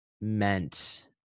meant